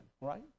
right